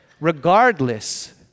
Regardless